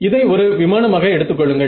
இதை ஒரு விமானமாக எடுத்துக்கொள்ளுங்கள்